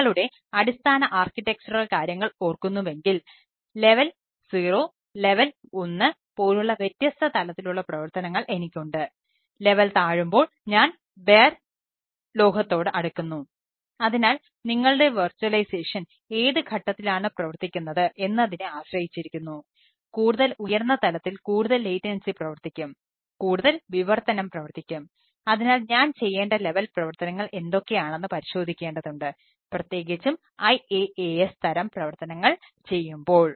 നിങ്ങളുടെ അടിസ്ഥാന ആർക്കിടെക്ചറൽ പ്രവർത്തനങ്ങൾ എന്തൊക്കെയാണെന്ന് പരിശോധിക്കേണ്ടതുണ്ട് പ്രത്യേകിച്ചും IaaS തരം പ്രവർത്തനങ്ങൾ ചെയ്യുമ്പോൾ